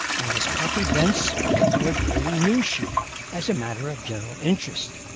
and was copied thence into a daily news-sheet as a matter of general interest.